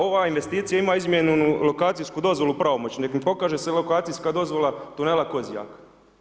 Ova investicija ima izmijenjenu lokacijsku dozvolu, pravomoćnu, neka pokaže se lokacijska dozvola tunela Kozjak.